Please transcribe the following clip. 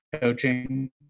Coaching